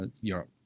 Europe